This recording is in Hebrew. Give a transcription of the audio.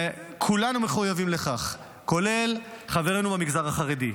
וכולנו מחויבים לכך, כולל חברינו במגזר החרדי.